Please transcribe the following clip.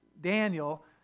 Daniel